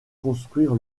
construire